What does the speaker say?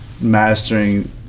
Mastering